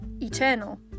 eternal